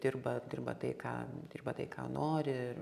dirba dirba tai ką dirba tai ką nori ir